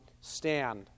stand